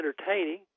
entertaining